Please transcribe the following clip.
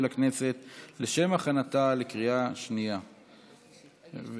הכנסת לשם הכנתה לקריאה שנייה ושלישית.